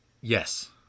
Yes